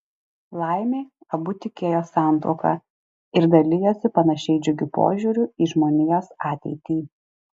laimė abu tikėjo santuoka ir dalijosi panašiai džiugiu požiūriu į žmonijos ateitį